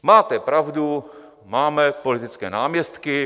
Máte pravdu, máme politické náměstky.